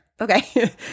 Okay